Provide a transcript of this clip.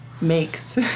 makes